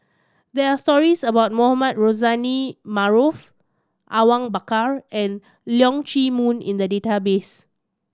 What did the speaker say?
there are stories about Mohamed Rozani Maarof Awang Bakar and Leong Chee Mun in the database